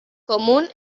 común